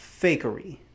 fakery